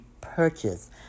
purchase